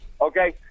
Okay